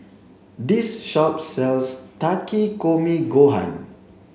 this shop sells Takikomi Gohan